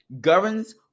governs